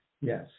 yes